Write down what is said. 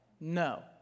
No